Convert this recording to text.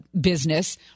business